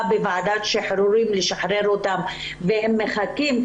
בוועדת שחרורים לשחרר אותם והם מחכים.